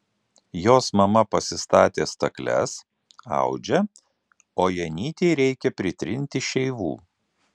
jos mama pasistatė stakles audžia o janytei reikia pritrinti šeivų